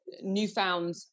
newfound